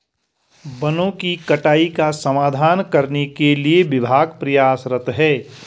वनों की कटाई का समाधान करने के लिए विभाग प्रयासरत है